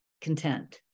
content